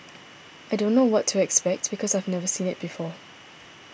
I don't know what to expect because I've never seen it before